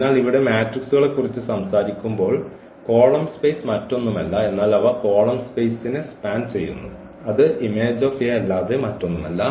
അതിനാൽ ഇവിടെ മെട്രിക്സുകളെക്കുറിച്ച് സംസാരിക്കുമ്പോൾ കോളം സ്പേസ് മറ്റൊന്നുമല്ല എന്നാൽ അവ കോളം സ്പെയ്സിനെ സ്പാൻ ചെയ്യുന്നു അത് അല്ലാതെ മറ്റൊന്നുമല്ല